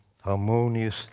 harmonious